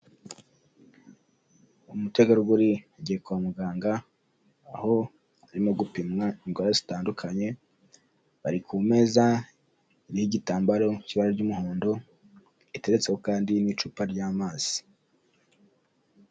Umutegarugori agiye kwa muganga aho arimo gupimwa indwara zitandukanye bari ku meza y'igitambaro cy'ibara ry'umuhondo itetseho kandi n'icupa ry'amazi.